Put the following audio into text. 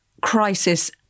crisis